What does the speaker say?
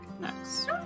next